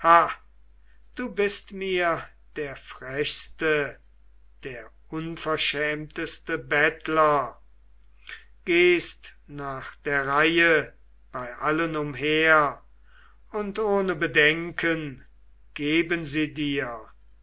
du bist mir der frechste der unverschämteste bettler gehst nach der reihe bei allen umher und ohne bedenken geben sie dir